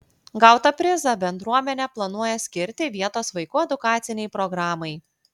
gautą prizą bendruomenė planuoja skirti vietos vaikų edukacinei programai